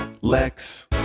Lex